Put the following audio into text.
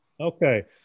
Okay